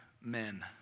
men